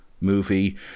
movie